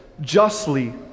justly